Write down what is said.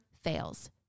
fails